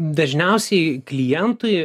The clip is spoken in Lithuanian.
dažniausiai klientui